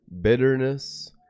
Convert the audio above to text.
Bitterness